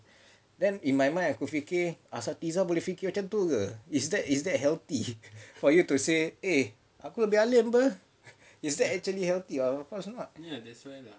then in my mind aku fikir asatizah boleh fikir macam tu ke is that is that healthy for you to say eh aku lebih alim [pe] is that actually healthy sangat